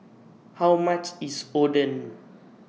How much IS Oden